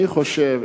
אני חושב,